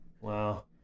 Wow